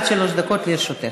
עד שלוש דקות לרשותך.